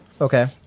Okay